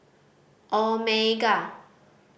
omega